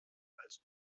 als